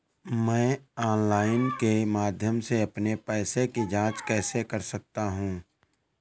मैं ऑनलाइन के माध्यम से अपने पैसे की जाँच कैसे कर सकता हूँ?